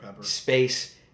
Space